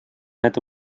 эту